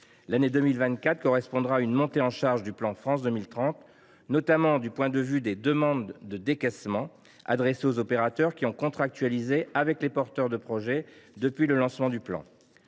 L’année 2024 correspondra à une montée en charge du plan France 2030, notamment au titre des demandes de décaissement adressées aux opérateurs qui ont contractualisé avec les porteurs du projet depuis le lancement du plan.